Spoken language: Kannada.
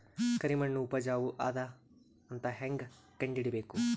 ಕರಿಮಣ್ಣು ಉಪಜಾವು ಅದ ಅಂತ ಹೇಂಗ ಕಂಡುಹಿಡಿಬೇಕು?